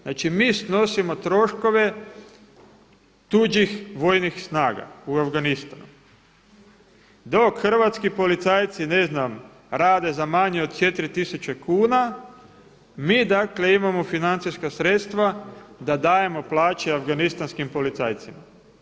Znači mi snosimo troškove tuđih vojnih snaga u Afganistanu, dok hrvatski policajci ne znam rade za manje od 4 tisuće kuna, mi dakle imamo financijska sredstva da dajemo plaće afganistanskim policajcima.